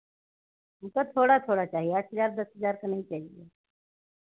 हमको थोड़ा थोड़ा चाहिए आठ हज़ार दस हज़ार का नहीं चाहिए